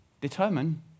determine